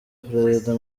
prezida